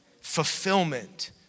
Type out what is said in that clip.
fulfillment